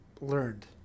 learned